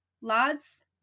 lads